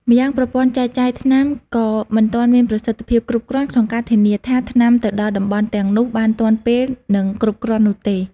ម្យ៉ាងប្រព័ន្ធចែកចាយថ្នាំក៏មិនទាន់មានប្រសិទ្ធភាពគ្រប់គ្រាន់ក្នុងការធានាថាថ្នាំទៅដល់តំបន់ទាំងនោះបានទាន់ពេល និងគ្រប់គ្រាន់នោះទេ។